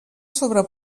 sobre